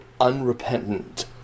unrepentant